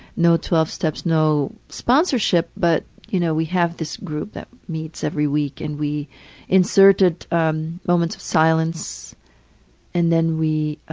no twelve steps, no sponsorship, but, you know, we have this group that meets every week and we inserted um moments of silence and then we